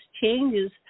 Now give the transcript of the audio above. changes